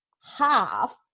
half